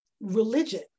religion